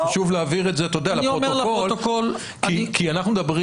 חשוב להבהיר את זה לפרוטוקול כי אנחנו מדברים